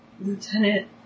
Lieutenant